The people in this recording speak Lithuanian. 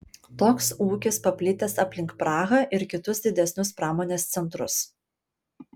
toks ūkis paplitęs aplink prahą ir kitus didesnius pramonės centrus